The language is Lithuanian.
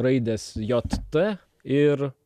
raidės j t ir